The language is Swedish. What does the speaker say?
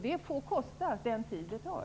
Det får kosta den tid det tar.